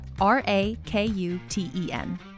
R-A-K-U-T-E-N